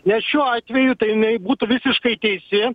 nes šiuo atveju tai jinai būtų visiškai teisi